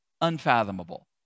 unfathomable